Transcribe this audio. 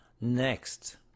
Next